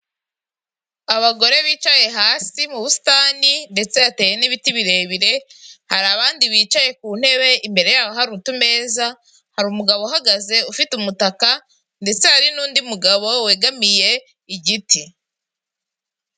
Abagore bicaye hasi mu busitani, ndetse hateye n'ibiti birebire, hari abandi bicaye ku ntebe, imbere yaho hari utameza, hari umugabo uhagaze ufite umutaka, ndetse hari n'undi mugabo wegamiye igiti,